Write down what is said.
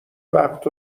وقت